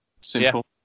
simple